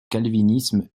calvinisme